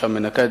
הקברים.